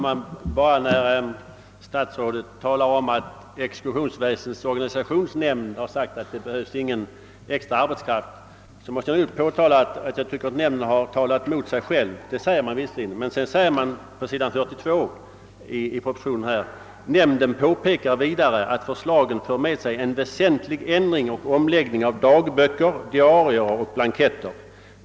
Herr talman! När statsrådet säger att exekutionsväsendets organisationsnämnd sagt, att det inte behövs någon extra arbetskraft, måste jag påpeka att jag tycker att nämnden har talat emot sig själv. Man har visserligen sagt så, men det framhålles också på s. 42 i propositionen bl.a.: »Nämnden påpekar vidare, att förslagen för med sig en väsentlig ändring och omläggning av dagböcker, diarier och blanketter.